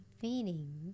feeling